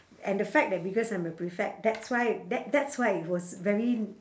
and the fact that because I'm a prefect that's why that that's why it was very